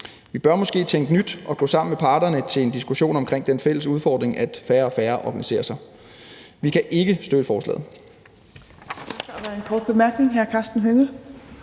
Vi bør måske tænke nyt og gå sammen med parterne til en diskussion om den fælles udfordring, at færre og færre organiserer sig. Vi kan ikke støtte forslaget.